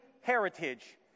heritage